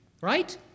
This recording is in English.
right